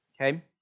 Okay